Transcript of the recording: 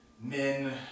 men